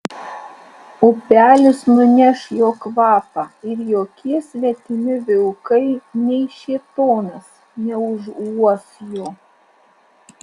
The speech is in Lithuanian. upelis nuneš jo kvapą ir jokie svetimi vilkai nei šėtonas neužuos jo